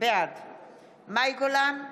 בעד מאי גולן,